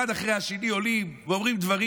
אחד אחרי השני עולים ואומרים דברים.